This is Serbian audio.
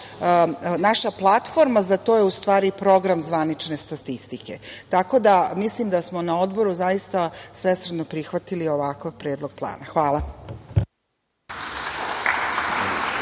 naša platforma za to je u stvari program zvanične statistike. Tako da, mislim da smo na Odboru zaista svesrdno prihvatili ovakav Predlog plana. Hvala.